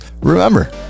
remember